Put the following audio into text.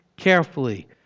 carefully